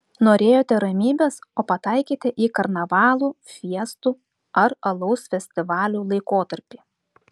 norėjote ramybės o pataikėte į karnavalų fiestų ar alaus festivalių laikotarpį